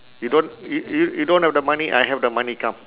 you don't y~ y~ you don't have the money I have the money come